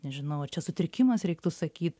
nežinau ar čia sutrikimas reiktų sakyt